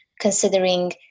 considering